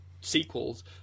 sequels